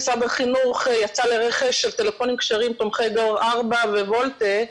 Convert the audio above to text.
משרד החינוך יצא לרכש של טלפונים כשרים תומכי דור 4 וולטה,